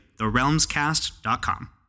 therealmscast.com